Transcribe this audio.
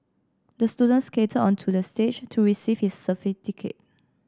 the student skated onto the stage to receive his certificate